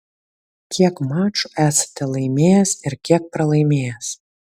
kiek mačų esate laimėjęs ir kiek pralaimėjęs